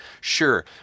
Sure